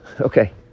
Okay